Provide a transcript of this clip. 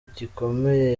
gikomeye